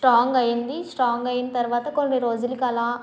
strong అయింది strong అయిన తర్వాత కొన్ని రోజులకు అలా